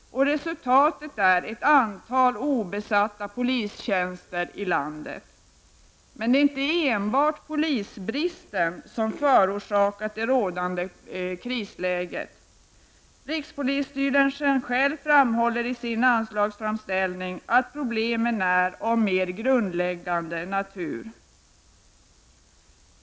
Resultatet är ett antal obesatta polistjänster i landet. Men det är inte enbart polisbristen som förorsakat det rådande krisläget. Rikspolisstyrelsen själv framhåller i sin anslagsframställning att problemen är av mer grundläggande natur.